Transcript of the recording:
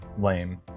lame